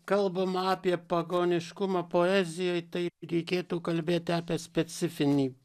kalbama apie pagoniškumą poezijoj tai reikėtų kalbėti apie specifinį